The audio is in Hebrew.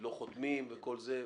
שלא חותמים וכל זה,